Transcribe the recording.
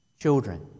Children